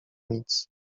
nic